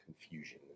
confusion